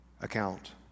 account